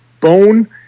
bone